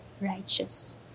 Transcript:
righteous